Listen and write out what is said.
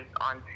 on